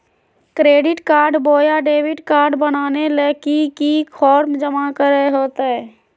Credit card बोया debit card बनाने ले की की फॉर्म जमा करे होते?